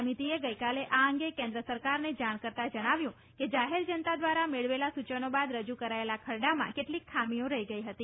સમિતિએ ગઇકાલે આ અંગે કેન્દ્ર સરકારને જાણ કરતાં જણાવ્યું કે જાહેર જનતા દ્વારા મેળવેલા સૂચનો બાદ રજૂ કરાયેલા ખરડામાં કેટલીક ખામીઓ રહી ગઇ હતી